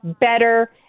better